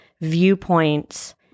viewpoints